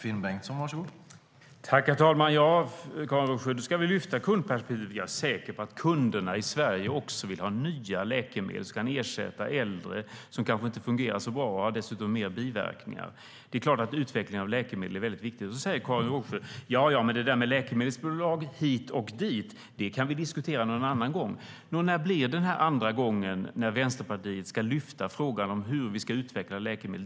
Herr talman! Då ska vi lyfta fram kundperspektivet lite, Karin Rågsjö. Jag är säker på att kunderna i Sverige också vill ha nya läkemedel som kan ersätta äldre läkemedel som kanske inte fungerar så bra och som har fler biverkningar. Det är klart att utvecklingen av läkemedel är viktig. Karin Rågsjö sa att vi kan diskutera det där med läkemedelsbolag hit och dit en annan gång. När blir det denna andra gång då Vänsterpartiet ska lyfta fram frågan om hur vi ska utveckla läkemedel?